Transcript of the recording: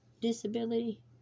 disability